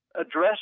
address